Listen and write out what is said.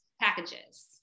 Packages